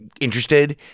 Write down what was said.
interested